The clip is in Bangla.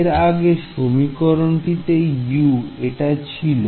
এর আগে সমীকরণটি তে U এটা ছিল